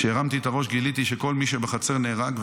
כשהרמתי את הראש גיליתי שכל מי שבחצר נהרג,